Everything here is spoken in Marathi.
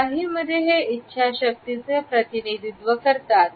काहींमध्ये हे इच्छाशक्तीचे प्रतिनिधित्व करतात